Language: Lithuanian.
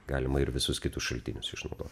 galima ir visus kitus šaltinius išnaudot